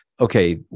okay